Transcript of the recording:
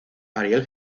ariel